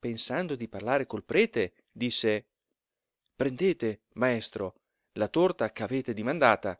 pensando di parlare col prete disse prendete maestro la torta ch'avete dimandata